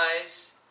eyes